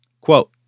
Quote